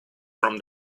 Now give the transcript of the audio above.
from